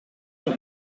son